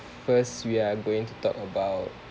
first we are going to talk about